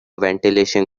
ventilation